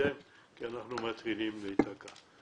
שנתקדם כי אנחנו מתחילים להיתקע.